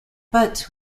but